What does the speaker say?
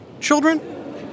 children